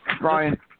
Brian